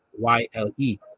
YLE